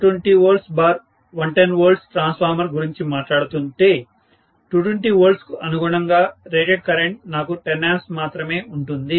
2 kVA 220V110V transformer గురించి మాట్లాడుతుంటే 220Vకు అనుగుణంగా రేటెడ్ కరెంట్ నాకు 10 A మాత్రమే ఉంటుంది